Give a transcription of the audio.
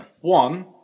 One